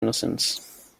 innocence